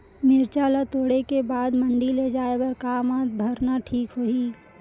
मिरचा ला तोड़े के बाद मंडी ले जाए बर का मा भरना ठीक होही?